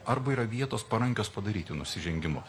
arba yra vietos parankios padaryti nusižengimus